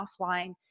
offline